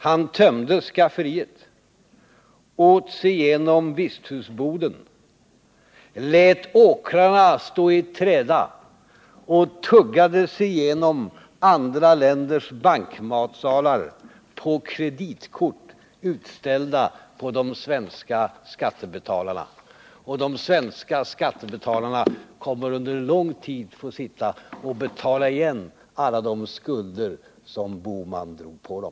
Han tömde skafferiet, åt sig igenom visthusboden, lät åkrarna ligga i träda och tuggade sig igenom andra länders bankmatsalar på kreditkort, utställda på de svenska skattebetalarna. Och de svenska skattebetalarna kommer under lång tid att få betala igen alla de skulder som herr Bohman drog på dem.